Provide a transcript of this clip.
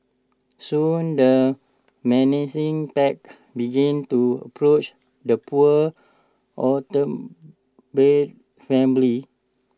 soon the menacing pack began to approach the poor family